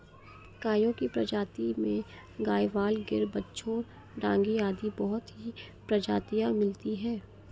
गायों की प्रजाति में गयवाल, गिर, बिच्चौर, डांगी आदि बहुत सी प्रजातियां मिलती है